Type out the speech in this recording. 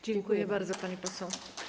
Dziękuję bardzo, pani poseł.